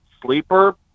sleeper